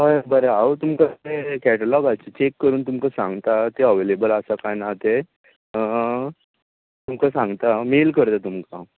हय बरें हांव तुमकां कॅटलोगाचेर चॅक करून तुमकां सांगता ते अवेयलॅबल आसा कांय ना तें तुमकां सांगता मॅल करता तुमकां